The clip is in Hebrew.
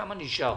כמה נשאר.